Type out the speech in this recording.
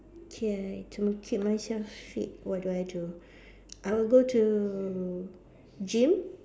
K to keep myself fit what do I do I will go to gym